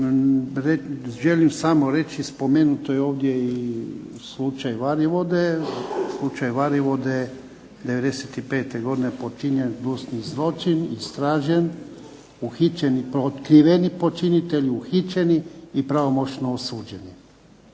Želim samo reći spomenut je ovdje i slučaj Varivode '95. godine počinjen gnjusni zločin istražen, otkriveni i uhićeni počinitelji i pravomoćno osuđeni.